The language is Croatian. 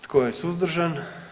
Tko je suzdržan?